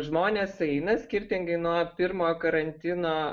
žmonės eina skirtingai nuo pirmojo karantino